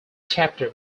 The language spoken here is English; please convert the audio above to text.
chapter